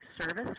service